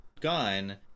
gun